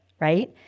right